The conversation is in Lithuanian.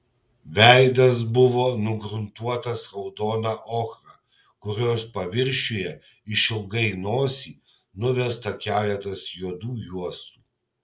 veidas buvo nugruntuotas raudona ochra kurios paviršiuje išilgai nosį nuvesta keletas juodų juostų